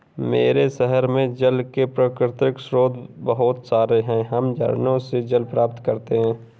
मेरे शहर में जल के प्राकृतिक स्रोत बहुत सारे हैं हम झरनों से जल प्राप्त करते हैं